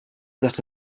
that